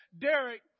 Derek